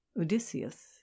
Odysseus